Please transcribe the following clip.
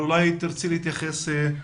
אבל אולי תרצי להתייחס.